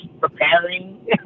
preparing